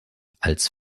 als